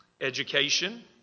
Education